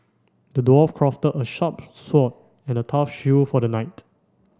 the dwarf crafted a sharp sword and a tough shield for the knight